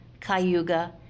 Cayuga